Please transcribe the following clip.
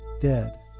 dead